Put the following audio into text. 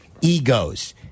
egos